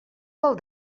del